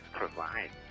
provide